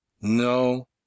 no